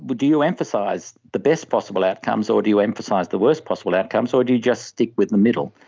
but do you emphasise the best possible outcomes or do you emphasise the worst possible outcomes or do you just stick with the middle?